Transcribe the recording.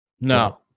No